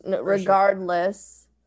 regardless